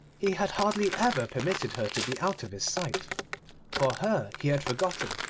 he had hardly ever permitted her to be out of his sight for her, he had forgotten,